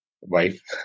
Wife